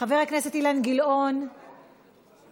חבר הכנסת אילן גילאון מוותר,